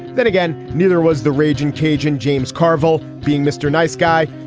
then again neither was the raging cajun james carville being mr. nice guy.